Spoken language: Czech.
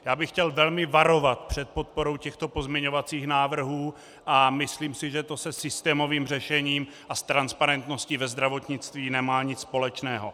Já bych chtěl velmi varovat před podporou těchto pozměňovacích návrhů a myslím si, že to se systémovým řešením a s transparentností ve zdravotnictví nemá nic společného.